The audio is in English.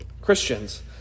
Christians